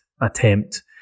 attempt